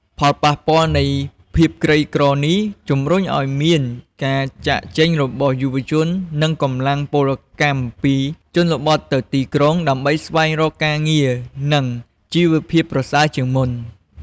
ផលប៉ះពាល់នៃភាពក្រីក្រនេះ ជំរុញឱ្យមាន ការចាកចេញរបស់យុវជន និងកម្លាំងពលកម្មពីជនបទទៅទីក្រុង ដើម្បីស្វែងរកការងារ និងជីវភាពប្រសើរជាងមុន។